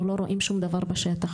אנחנו לא רואים שום דבר בשטח.